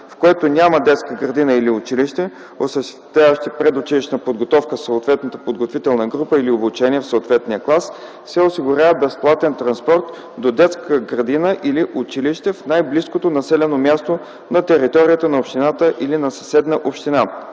в което няма детска градина или училище, осъществяващи предучилищна подготовка в съответната подготвителна група или обучение в съответния клас, се осигурява безплатен транспорт до детска градина или училище в най-близкото населено място на територията на общината или на съседна община.”